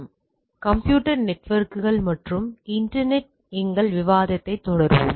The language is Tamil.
எனவே கம்ப்யூட்டர் நெட்வொர்க்குகள் மற்றும் இன்டர்நெட் எங்கள் விவாதத்தைத் தொடருவோம்